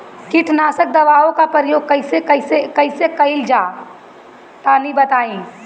कीटनाशक दवाओं का प्रयोग कईसे कइल जा ला तनि बताई?